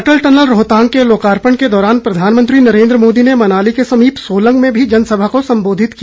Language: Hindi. अटल टनल रोहतांग के लोकार्पण के दौरान प्रधानमंत्री नरेन्द्र मोदी ने मनाली के समीप सोलंग में भी जनसभा को संबोधित किया